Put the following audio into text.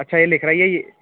अच्छा यह लिख रही है यही